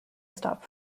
stop